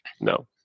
no